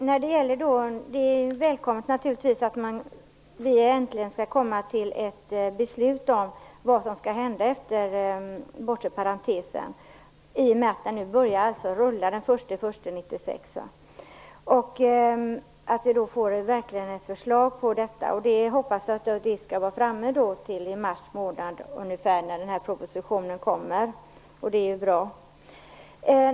Herr talman! Det är naturligtvis välkommet att det äntligen skall komma ett förslag om vad som skall hända efter den bortre parentesen i och med att den nu börjar rulla från den 1 januari 1996. Jag hoppas att förslaget skall vara framme i mars månad då propositionen läggs fram.